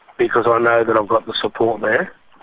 because i know that i've got the support there.